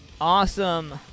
awesome